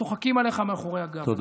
צוחקים עליך מאחורי הגב.